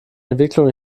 entwicklung